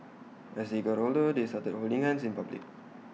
as they got older they started holding hands in public